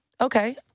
okay